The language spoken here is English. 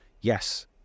yes